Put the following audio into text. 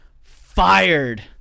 fired